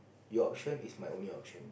your option is my only option